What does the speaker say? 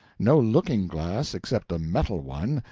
no looking-glass except a metal one,